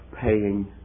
paying